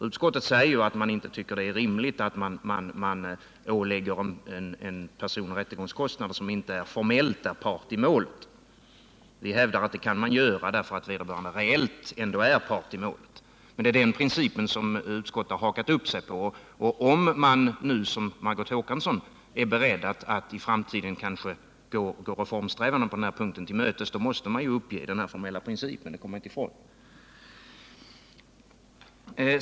Utskottet säger att man inte tycker att det är rimligt att man ålägger en person rättegångskostnader som inte formellt är part i målet. Vi hävdar att vi kan göra det, därför att vederbörande reellt är part i målet. Det är den principen som utskottet hakat upp sig på. Om man nu, som Margot Håkansson, är beredd att i framtiden gå reformsträvandena på denna punkt till mötes måste man uppge denna formella princip — det kommer man inte ifrån.